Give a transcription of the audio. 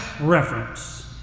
reference